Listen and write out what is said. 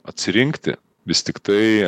atsirinkti vis tiktai